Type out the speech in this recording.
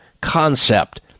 concept